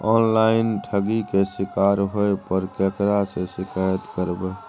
Online ठगी के शिकार होय पर केकरा से शिकायत करबै?